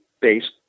based